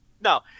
no